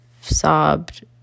sobbed